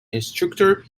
instructor